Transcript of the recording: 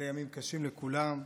אלה ימים קשים לכולם,